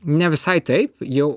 ne visai taip jau